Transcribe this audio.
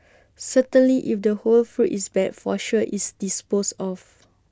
certainly if the whole fruit is bad for sure is disposed of